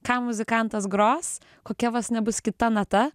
ką muzikantas gros kokia vos ne bus kita nata